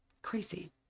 Crazy